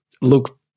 look